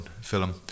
film